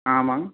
ஆ ஆமாங்க